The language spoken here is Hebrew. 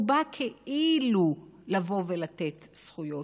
הוא בא כאילו לבוא ולתת זכויות,